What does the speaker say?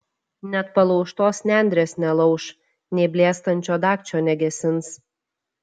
net palaužtos nendrės nelauš nei blėstančio dagčio negesins